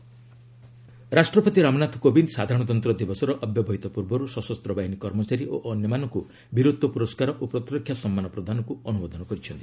ପ୍ରେଜ୍ gallantry medal ରାଷ୍ଟ୍ରପତି ରାମନାଥ କୋବିନ୍ଦ ସାଧାରଣତନ୍ତ୍ର ଦିବସର ଅବ୍ୟବହିତ ପୂର୍ବର୍ବର ସଶସ୍ତ ବାହିନୀ କର୍ମଚାରୀ ଓ ଅନ୍ୟମାନଙ୍କ ବୀରତ୍ୱ ପ୍ରରସ୍କାର ଓ ପ୍ରତିରକ୍ଷା ସମ୍ମାନ ପ୍ରଦାନକୁ ଅନୁମୋଦନ କରିଛନ୍ତି